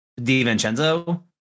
DiVincenzo